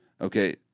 Okay